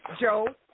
Joe